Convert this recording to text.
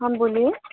ହାଁ ବୋଲିଏ